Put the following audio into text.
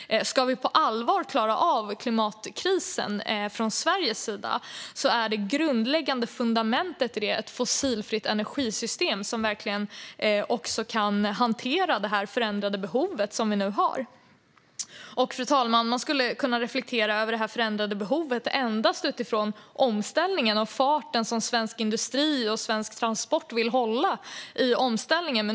Det grundläggande fundamentet om vi från Sveriges sida på allvar ska klara av klimatkrisen är ett fossilfritt energisystem som verkligen kan hantera det förändrade behov som vi nu har. Fru talman! Man skulle kunna reflektera över det förändrade behovet endast utifrån omställningen och farten som svensk industri och svensk transport vill hålla i omställningen.